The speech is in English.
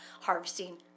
harvesting